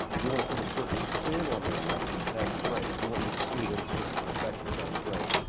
you want to put a certain spin on their record, that's great. if you want me to see it in a certain perspective, that's great.